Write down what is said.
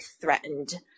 threatened